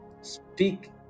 speak